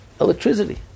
electricity